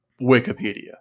Wikipedia